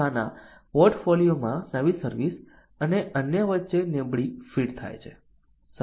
સંસ્થાના પોર્ટફોલિયોમાં નવી સર્વિસ અને અન્ય વચ્ચે નબળી ફિટ થાય છે